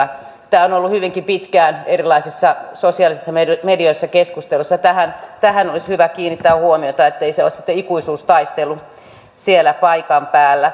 tämä on ollut hyvinkin pitkään erilaisissa sosiaalisissa medioissa keskustelussa ja tähän olisi hyvä kiinnittää huomiota ettei se ole sitten ikuisuustaistelu siellä paikan päällä